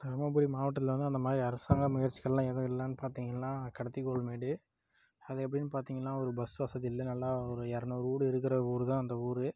தருமபுரி மாவட்டத்தில் வந்து அந்த மாதிரி அரசாங்க முயற்சிகளெலாம் எதுவும் இல்லைன்னு பார்த்திங்கள்னா கடத்திக்கோள்மேடு அது எப்படின்னு பார்த்தீங்னா ஒரு பஸ் வசதி இல்லை நல்லா ஒரு இரநூறு வீடு இருக்கிற ஊர்தான் அந்த ஊர்